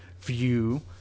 view